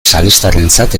salestarrentzat